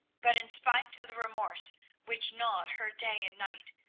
but in spite of the remorse which gnawed her day and night,